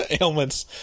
ailments